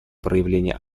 проявление